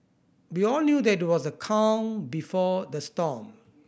we all knew that it was the calm before the storm